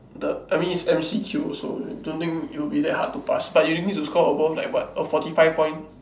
the I mean it's M_C_Q also don't think it'll be that hard to pass but you need to score above like what a forty five points